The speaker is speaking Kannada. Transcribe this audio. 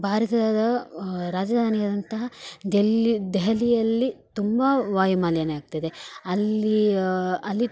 ಭಾರತದ ರಾಜಧಾನಿ ಆದಂತಹ ಡೆಲ್ಲಿ ದೆಹಲಿಯಲ್ಲಿ ತುಂಬ ವಾಯುಮಾಲಿನ್ಯ ಆಗ್ತಾಯಿದೆ ಅಲ್ಲಿ ಅಲ್ಲಿ